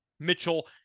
Mitchell